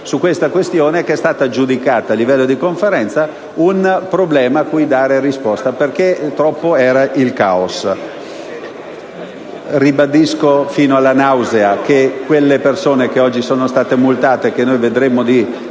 questione, che è stata giudicata a livello di Conferenza un problema cui dare risposta, perché troppo era il caos. Ribadisco fino alla nausea che quelle persone che oggi sono state multate - e per le quali vedremo di